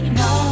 no